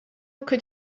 could